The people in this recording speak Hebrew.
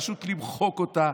פשוט למחוק אותה.